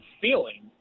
feeling